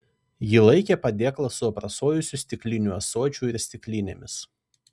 ji laikė padėklą su aprasojusiu stikliniu ąsočiu ir stiklinėmis